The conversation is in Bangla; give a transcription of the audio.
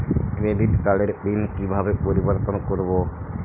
ক্রেডিট কার্ডের পিন কিভাবে পরিবর্তন করবো?